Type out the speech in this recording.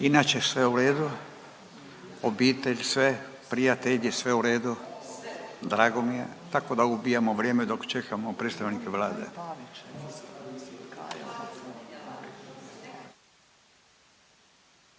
Inače sve u redu? Obitelj, sve, prijatelji sve u redu? …/Upadica: Sve./… Drago mi je, tako da ubijamo vrijeme dok čekamo predstavnika Vlade.